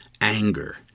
anger